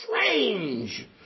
strange